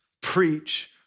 preach